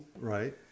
Right